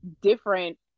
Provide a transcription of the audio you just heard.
different